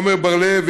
עמר בר-לב,